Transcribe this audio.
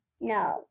No